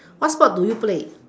what sport do you play